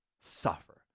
suffer